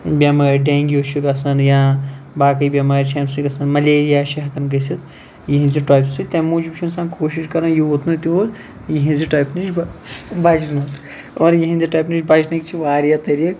بیٚمٲر dengue چھُ گَژھان یا باقٕے بیٚمارِ چھِ امہِ سۭتۍ گَژھان مَلیریا چھُ ہیٚکان گٔژھِتھ یِہِنٛزٕ ٹۄپہِ سۭتۍ تمہِ موٗجوب چھُ اِنسان کوشِش کَران یوٗت نہٕ تیوٗت یِہِنٛزٕ ٹۄپہِ نِش بَچنُک اور یِہِنٛدِ ٹۄپہِ نِش بَچنٕکۍ چھِ واریاہ طٔریقہٕ